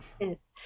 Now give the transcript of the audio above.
Yes